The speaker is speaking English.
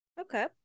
Okay